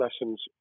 lessons